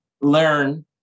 learn